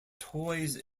toys